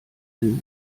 sie